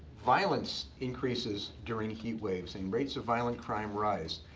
violence increases during heat waves, and rates of violent crime rise.